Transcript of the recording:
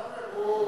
טלב,